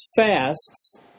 fasts